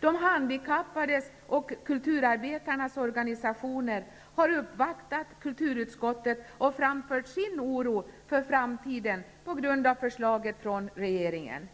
De handikappades och kulturarbetarnas organisationer har uppvaktat kulturutskottet och framfört sin oro för framtiden på grund av förslaget från regeringen.